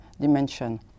dimension